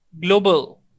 Global